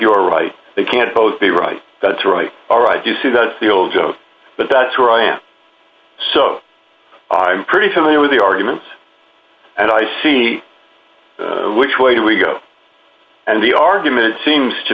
you're right they can't both be right that's right all right you see that's the old joke but that's who i am so i'm pretty familiar with the arguments and i see which way we go and the argument seems to